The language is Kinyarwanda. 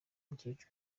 mukecuru